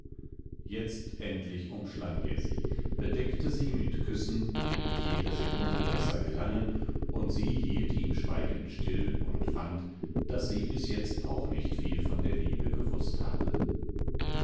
jetzt endlich umschlang er sie bedeckte sie mit küssen die mit jeder sekunde besser gelangen und sie hielt ihm schweigend still und fand daß sie bis jetzt auch nicht viel von liebe gewußt habe